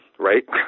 right